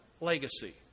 legacy